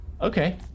Okay